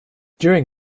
during